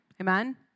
Amen